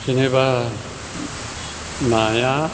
जेनोबा नाया